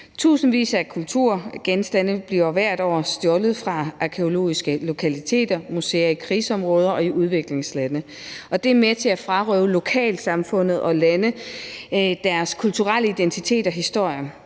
Tusindvis af kulturgenstande bliver hvert år stjålet fra arkæologiske lokaliteter, museer i krigsområder og i udviklingslande, og det er med til at frarøve lokalsamfund og lande deres kulturelle identitet og historie.